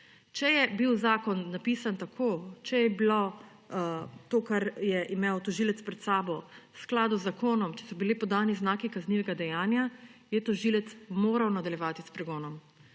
Če je bil zakon napisan tako, če je bilo to, kar je imel tožilec pred sabo, v skladu z zakonom, če so bili podani znaki kaznivega dejanja, je tožilec moral nadaljevati s pregonom.